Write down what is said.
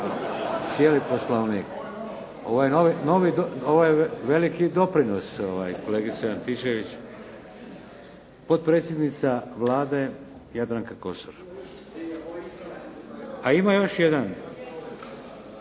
Cijeli Poslovnik. Ovo je veliki doprinos kolegice Antičević. Potpredsjednica Vlade Jadranka Kosor. A ima još jedan.